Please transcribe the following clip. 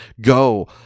go